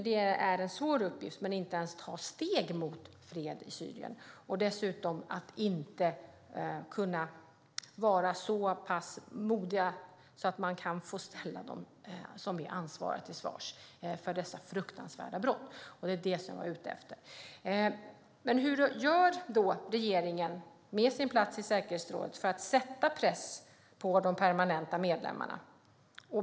Fred där är en svår uppgift. Dessutom är man inte så pass modig att de ansvariga för dessa fruktansvärda brott kan ställas till svars. Det är detta jag är ute efter. Hur gör då regeringen med sin plats i säkerhetsrådet för att sätta press på de permanenta medlemmarna?